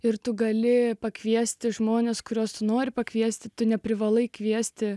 ir tu gali pakviesti žmones kuriuos nori pakviesti tu neprivalai kviesti